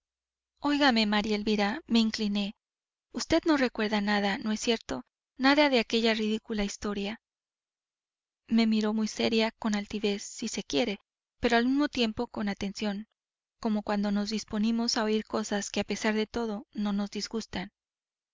oigame maría elvira me incliné vd no recuerda nada no es cierto nada de aquella ridícula historia me miró muy seria con altivez si se quiere pero al mismo tiempo con atención como cuando nos disponemos a oir cosas que a pesar de todo no nos disgustan